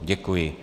Děkuji.